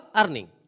earning